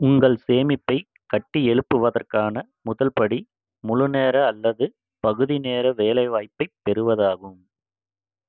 உங்கள் சேமிப்பை கட்டியெழுப்புவதற்கான முதல் படி முழுநேர அல்லது பகுதி நேர வேலைவாய்ப்பை பெறுவதாகும்